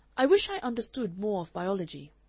i wish i understood more of biology,